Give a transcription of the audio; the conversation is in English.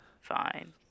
fine